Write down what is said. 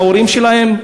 מההורים שלהם?